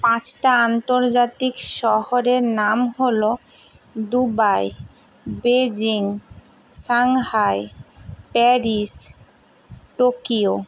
পাঁচটা আন্তর্জাতিক শহরের নাম হল Dubai Beijing Shanghai Paris Tokyo